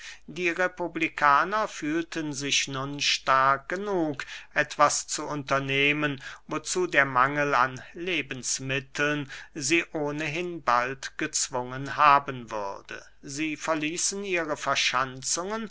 die republikaner fühlten sich nun stark genug etwas zu unternehmen wozu der mangel an lebensmitteln sie ohnehin bald gezwungen haben würde sie verließen ihre verschanzungen